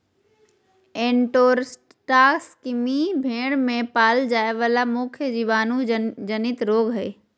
enterotoxaemia भेड़ में पाल जाय वला मुख्य जीवाणु जनित रोग हइ